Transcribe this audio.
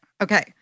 Okay